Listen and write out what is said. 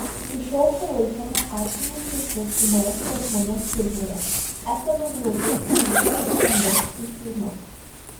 iki šiol palaikome artimus ryšius su maestro žmona silvija esame draugai su visa sondeckių šeima